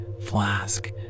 Flask